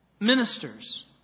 Ministers